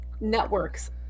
networks